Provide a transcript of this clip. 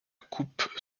coupe